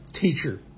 teacher